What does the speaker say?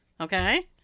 okay